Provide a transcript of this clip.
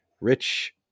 Rich